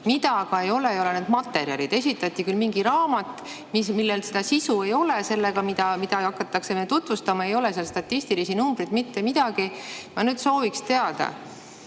Mida aga ei ole, on need materjalid. Esitati küll mingi raamat, mille sisu ei [haaku] sellega, mida hakatakse tutvustama. Ei ole seal statistilisi numbreid, mitte midagi. Ma nüüd sooviksin teada,